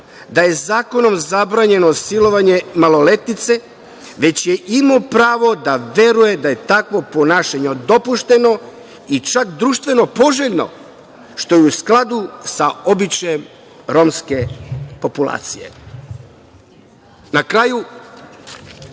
da je zakonom zabranjeno silovanje maloletnice, već je imao pravo da veruje da je takvo ponašanje dopušteno i čak društveno poželjno, što je u skladu sa običajem romske populacije. Na kraju,